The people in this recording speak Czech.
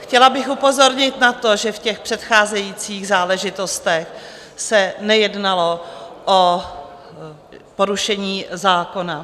Chtěla bych upozornit na to, že v těch předcházejících záležitostech se nejednalo o porušení zákona.